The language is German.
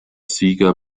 sieger